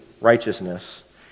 righteousness